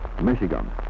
Michigan